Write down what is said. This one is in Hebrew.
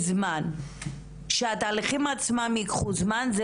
אה, שהתהליכים עצמם ייקחו זמן.